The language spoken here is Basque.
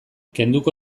kenduko